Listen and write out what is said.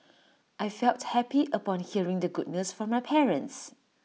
I felt happy upon hearing the good news from my parents